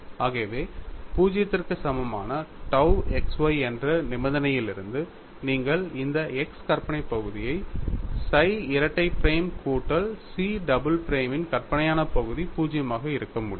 ஆகவே 0 க்கு சமமான tau x y என்ற நிபந்தனையிலிருந்து நீங்கள் இந்த x கற்பனை பகுதியை psi இரட்டை பிரைம் கூட்டல் chi டபுள் பிரைமின் கற்பனையான பகுதி 0 ஆக இருக்க முடியும்